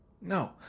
No